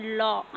law